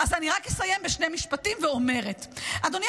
אז אני רק אסיים בשני משפטים ואומרת: אדוני